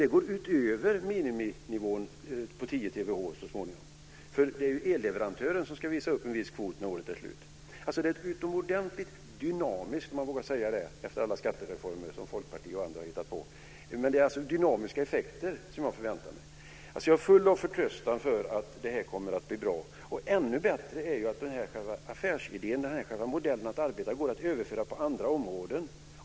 Det går utöver miniminivån på 10 terawattimmar så småningom, för det är ju elleverantören som ska visa upp en viss kvot när året är slut. Det är utomordentligt dynamiskt - om man vågar säga det efter alla skattereformer som Folkpartiet och andra har hittat på. Jag väntar mig alltså dynamiska effekter. Jag är full av förtröstan på att det här kommer att bli bra. Ännu bättre är att själva affärsidén, dvs. modellen man arbetar efter, går att överföra på andra områden.